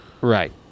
Right